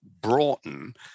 Broughton